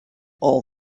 all